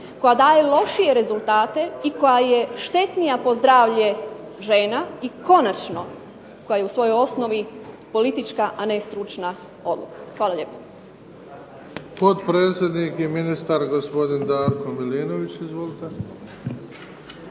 koja daje lošije rezultate i koja je štetnija po zdravlje žena i konačno koja je u svojoj osnovi politička, a ne stručna odluka? Hvala lijepo.